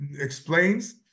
explains